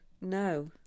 No